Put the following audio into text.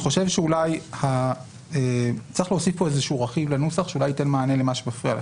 אולי צריך להוסיף פה איזשהו רכיב לנוסח שאולי ייתן מענה למה שמפריע לך,